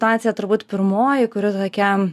situacija turbūt pirmoji kuri tokia